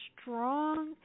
strong